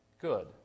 good